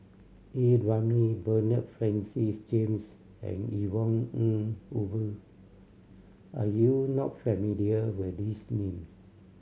A Ramli Bernard Francis James and Yvonne Ng Uhde are you not familiar with these names